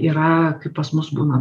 yra kaip pas mus būna